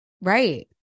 Right